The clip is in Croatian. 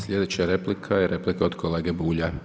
Sljedeća replika je replika od kolege Bulja.